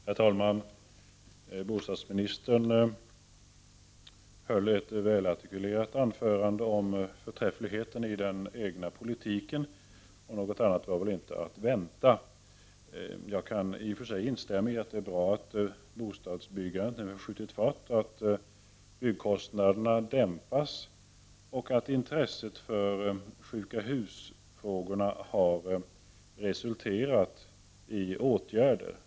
Herr talman! Bostadsministern höll ett väl artikulerat anförande om förträffligheten i den egna politiken. Något annat var väl inte att vänta. Jag kan instämma i att det är bra att bostadsbyggandet nu skjutit fart och att byggkostnaderna dämpas samt att intresset för sjuka hus-frågorna har resulterat i åtgärder.